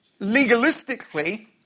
legalistically